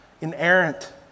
Inerrant